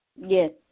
Yes